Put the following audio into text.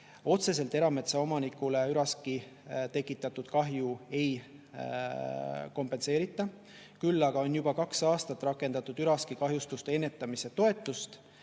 Otseselt erametsaomanikele üraski tekitatud kahju ei kompenseerita. Küll aga on juba kaks aastat rakendatud üraskikahjustuste ennetamise toetust,